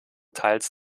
teils